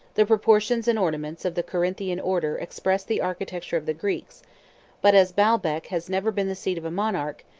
the proportions and ornaments of the corinthian order express the architecture of the greeks but as baalbec has never been the seat of a monarch,